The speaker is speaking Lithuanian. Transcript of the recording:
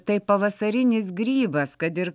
tai pavasarinis grybas kad ir